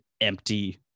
empty